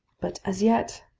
but as yet,